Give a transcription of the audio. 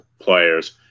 players